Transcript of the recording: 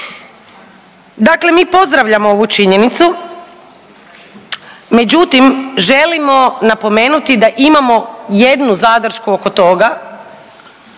Dakle, mi pozdravljamo ovu činjenicu, međutim želimo napomenuti da imamo jednu zadršku oko toga